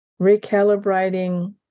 recalibrating